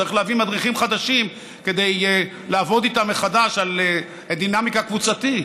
צריך להביא מדריכים חדשים כדי לעבוד איתם מחדש על דינמיקה קבוצתית.